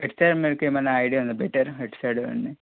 ఎటు సైడ్ మీకు ఏమైనా ఐడియా ఉందా బెటర్ ఎటు సైడ్ అని